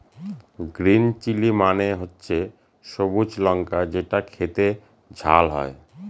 green chilli মানে হচ্ছে সবুজ লঙ্কা যেটা খেতে ঝাল হয়